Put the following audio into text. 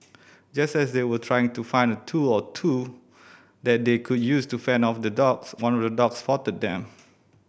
just as they were trying to find a tool or two that they could use to fend off the dogs one of the dogs spotted them